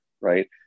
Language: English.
right